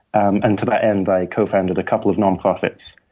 and to that end, i cofounded a couple of nonprofits.